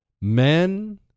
Men